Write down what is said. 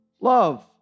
Love